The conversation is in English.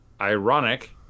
Ironic